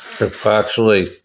Approximately